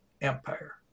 empire